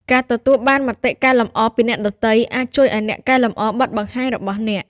ការទទួលបានមតិកែលម្អពីអ្នកដទៃអាចជួយឱ្យអ្នកកែលម្អបទបង្ហាញរបស់អ្នក។